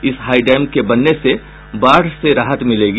इस हाईडैम के बनने से बाढ़ से राहत मिलेगी